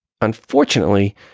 unfortunately